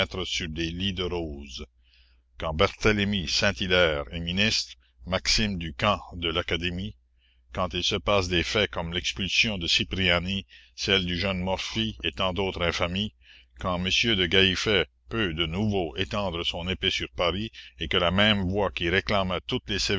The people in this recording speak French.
sur des lits de roses quand barthélemy saint-hilaire est ministre maxime du camp de l'académie quand il se passe des faits comme l'expulsion de cipriani celle du jeune morphy et tant d'autres infamies quand m de gallifet peut de nouveau étendre son épée sur paris et que la même voix qui réclamait toutes les